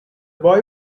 boy